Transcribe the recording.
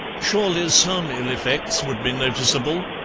surely some ill-effects would be noticeable?